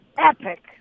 Epic